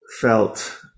felt